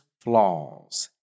flaws